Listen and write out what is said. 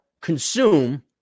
consume